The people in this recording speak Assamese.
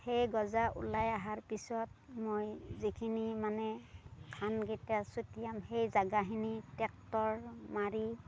সেই গজা ওলাই অহাৰ পিছত মই যিখিনি মানে ধানকেইটা ছটিয়াম সেই জেগাখিনি ট্ৰেক্টৰ মাৰি